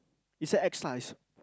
is a X large